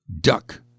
duck